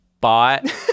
bought